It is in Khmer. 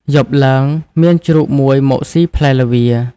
យប់ឡើង មានជ្រូកមួយមកស៊ីផ្លែល្វា។